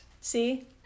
See